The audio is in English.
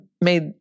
made